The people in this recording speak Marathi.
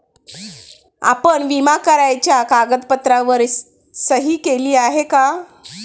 आपण विमा कराराच्या कागदपत्रांवर सही केली आहे का?